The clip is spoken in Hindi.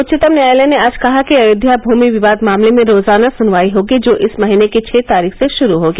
उच्चतम न्यायालय ने आज कहा कि अयोध्या भूमि विवाद मामले में रोजाना सुनवाई होगी जो इस महीने की छह तारीख से शुरू होगी